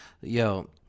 yo